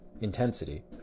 Intensity